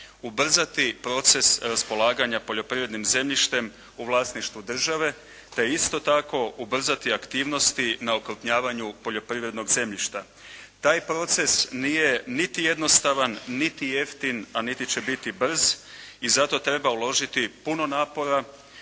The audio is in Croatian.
ubrzati proces raspolaganja poljoprivrednim zemljištem u vlasništvu države te isto tako ubrzati aktivnosti na okrupnjavanju poljoprivrednog zemljišta. Taj proces nije niti jednostavan niti jeftin a niti će biti brz i zato treba uložiti puno napora,